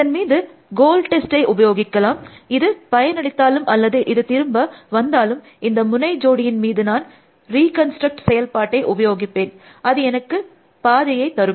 இதன் மீது கோல் டெஸ்டை உபயோகிக்கலாம் இது பயனளித்தாலும் அலல்து இது திரும்ப வந்தாலும் இந்த முனை ஜோடியின் மீது நான் ரீகன்ஸ்ட்ரக்ட் செயல்பாட்டை உபயோகிப்பேன் அது எனக்கு பாதையை தரும்